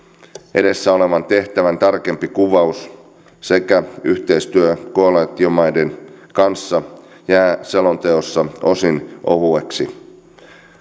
edessä olevan tehtävän tarkempi kuvaus sekä yhteistyö koalitiomaiden kanssa jäävät selonteossa osin ohueksi